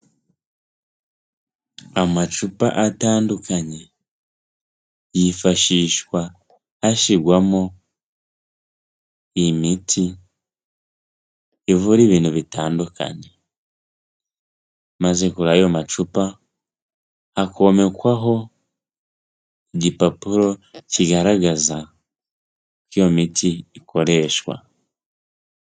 Amacupa atandukanye, yifashishwa hashyirwamo imiti ivura ibintu bitandukanye, maze kuri ayo macupa, hakomekwaho igipapuro kigaragaza uko iyo miti ikoreshwa.